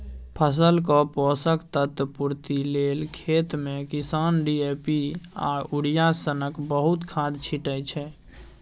फसलक पोषक तत्व पुर्ति लेल खेतमे किसान डी.ए.पी आ युरिया सनक बहुत खाद छीटय छै